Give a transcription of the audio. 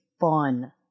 fun